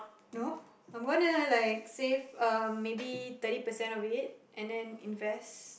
no I'm gonna like save um maybe thirty percent of it and then invest